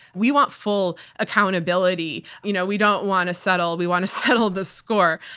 we want full accountability, you know, we don't want to settle, we want to settle the score.